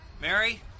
Mary